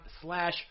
slash